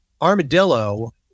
armadillo